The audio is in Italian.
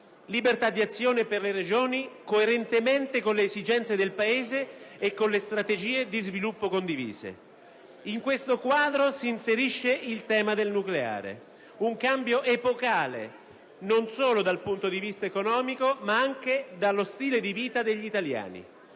libertà di azione per le Regioni coerentemente con le esigenze del Paese e con le strategie di sviluppo condivise. In questo quadro s'inserisce il tema del nucleare, un cambio epocale non solo dal punto di vista economico ma anche con riferimento allo stile di vita degli italiani,